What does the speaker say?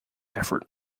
effort